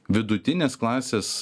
vidutinės klasės